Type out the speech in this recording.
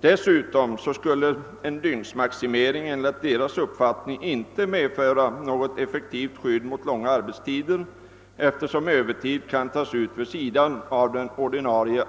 Dessutom skulle en dygnsmaximering enligt utredningens uppfattning inte medföra något effektivt skydd mot långa arbetstider, eftersom övertid kan tas ut vid sidan av den ordinarie